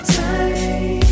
time